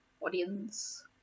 audience